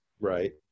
right